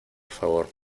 favor